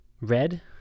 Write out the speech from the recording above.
red